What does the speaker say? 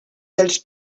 dels